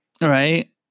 right